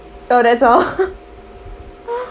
oh that's all